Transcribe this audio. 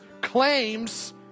claims